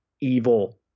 evil